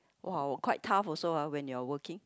!wow! quite tough also ah when you're working